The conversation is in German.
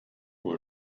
wohl